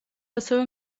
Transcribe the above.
ასევე